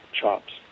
chops